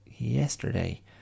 yesterday